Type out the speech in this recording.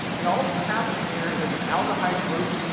and all that's happening here is an aldehyde group,